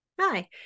hi